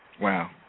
Wow